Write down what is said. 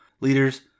Leaders